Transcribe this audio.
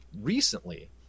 recently